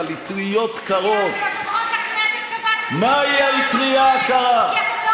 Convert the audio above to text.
לזרוע פירוד, להאשים האשמות שווא.